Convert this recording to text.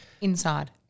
Inside